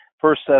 first